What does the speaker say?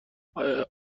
آیا